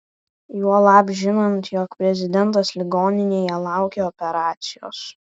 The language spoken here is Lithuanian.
juolab žinant jog prezidentas ligoninėje laukia operacijos